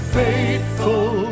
faithful